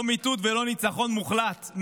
לא מיטוט ולא ניצחון מוחלט,